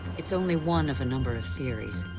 it's only one of a number of theories,